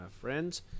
friends